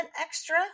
extra